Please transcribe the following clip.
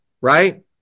right